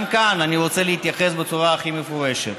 גם כאן אני רוצה להתייחס בצורה הכי מפורשת.